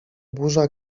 burza